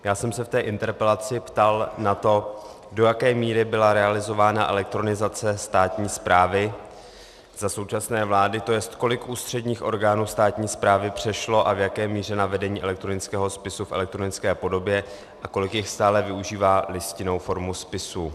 Já jsem se v té interpelaci ptal na to, do jaké míry byla realizována elektronizace státní správy za současné vlády, to jest, kolik ústředních orgánů státní správy přešlo a v jaké míře na vedení elektronického spisu v elektronické podobě a kolik jich stále využívá listinnou formu spisů.